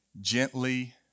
gently